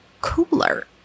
cooler